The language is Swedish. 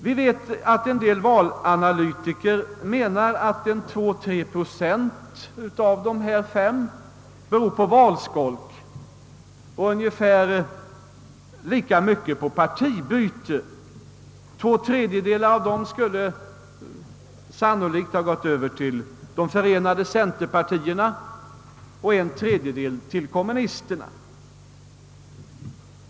Vi vet att en del valanalytiker menar att 2—3 procent av dessa 5 procent beror på valskolk och ungefär lika mycket på partibyte. Av den senare gruppen skulle sannolikt två tredjedelar ha över gått till »de förenade centerpartierna» och en tredjedel till kommunisterna.